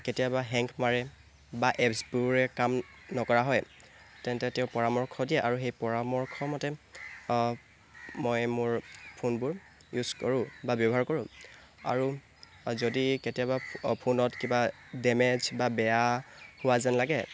কেতিয়াবা হেং মাৰে বা এপছবোৰে কাম নকৰা হয় তেন্তে তেওঁ পৰামৰ্শ দিয়ে আৰু সেই পৰামৰ্শ মতে মই মোৰ ফোনবোৰ ইউজ কৰোঁ বা ব্যৱহাৰ কৰোঁ আৰু যদি কেতিয়াবা ফোনত কিবা ডেমেজ বা বেয়া হোৱা যেন লাগে